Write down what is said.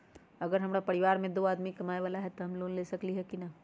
अगर हमरा परिवार में दो आदमी कमाये वाला है त हम लोन ले सकेली की न?